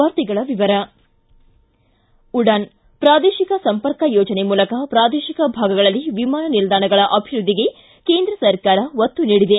ವಾರ್ತೆಗಳ ವಿವರ ಉಡಾನ್ ಪ್ರಾದೇಶಿಕ ಸಂಪರ್ಕ ಯೋಜನೆ ಮೂಲಕ ಪ್ರಾದೇಶಿಕ ಭಾಗಗಳಲ್ಲಿ ವಿಮಾನ ನಿಲ್ದಾಣಗಳ ಅಭಿವ್ದದ್ದಿಗೆ ಕೇಂದ್ರ ಸರ್ಕಾರ ಒತ್ತು ನೀಡಿದೆ